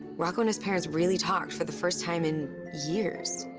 rocco and his parents really talked for the first time in years.